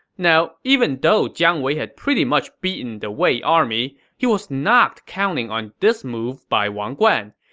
now, even though jiang wei had pretty much beaten the wei army, he was not counting on this move by wang guan.